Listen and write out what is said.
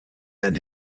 than